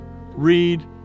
read